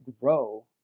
grow